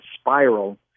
spiral